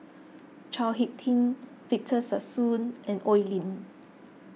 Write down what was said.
Chao Hick Tin Victor Sassoon and Oi Lin